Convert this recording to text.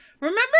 Remember